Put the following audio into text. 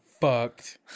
fucked